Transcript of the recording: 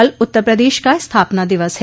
कल उत्तर प्रदेश का स्थापना दिवस है